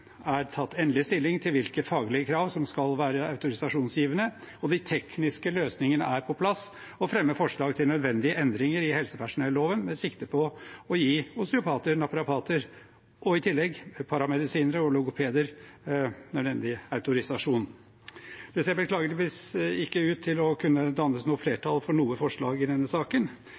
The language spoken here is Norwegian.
er tatt endelig stilling til hvilke faglige krav som skal være autorisasjonsgivende, og de tekniske løsningene er på plass, fremmer forslag til nødvendige endringer i helsepersonelloven med sikte på å gi osteopater og naprapater – og i tillegg paramedisinere og logopeder – nødvendig autorisasjon. Det ser beklageligvis ikke ut til å kunne dannes flertall for noe forslag i denne saken.